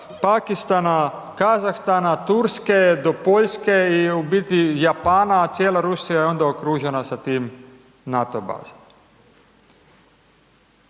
Pakistana, Kazahstana, Turske do Poljske i u biti Japana, cijela Rusija je onda okružena sa tim NATO bazama.